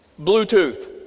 Bluetooth